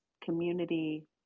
community